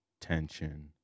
tension